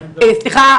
סליחה,